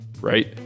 right